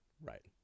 Right